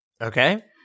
Okay